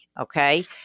okay